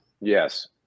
Yes